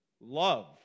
love